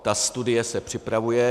Ta studie se připravuje.